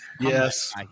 Yes